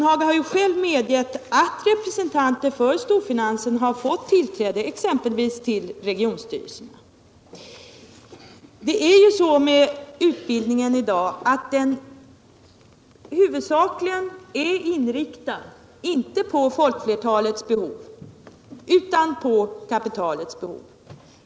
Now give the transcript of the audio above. Han har ju själv medgett att representanter för storfinansen har fått tillträde exempelvis till regionstyrelserna. I dag är utbildningen huvudsakligen inriktad inte på folkflertalets behov utan på kapitalets behov.